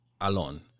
alone